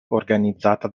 organizzata